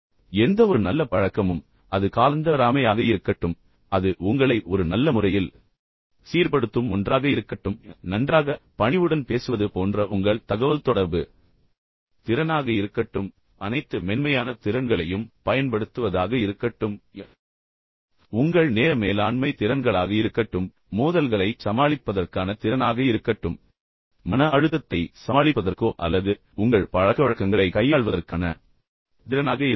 எந்தவொரு நல்ல பழக்கமும் அது காலந்தவறாமையாக இருக்கட்டும் அது உங்களை ஒரு நல்ல இனிமையான முறையில் சீர்படுத்தும் ஒன்றாக இருக்கட்டும் நன்றாக பணிவுடன் பேசுவது போன்ற உங்கள் தகவல்தொடர்பு திறனாக இருக்கட்டும் தனிப்பட்ட நபர்களுக்கிடையேயான தகவல்தொடர்புகளில் பேசும்போது உங்கள் அனைத்து மென்மையான திறன்களையும் பயன்படுத்துவதாக இருக்கட்டும் இது உங்கள் நேர மேலாண்மை திறன்களாக இருக்கட்டும் மோதல்களைச் சமாளிப்பதற்கான உங்கள் திறனாக இருக்கட்டும் மன அழுத்தத்தை சமாளிப்பதற்கோ அல்லது உங்கள் பழக்கவழக்கங்களைக் கையாள்வதற்கான உங்கள் திறனாக இருக்கட்டும்